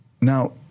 Now